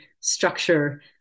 structure